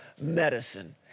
medicine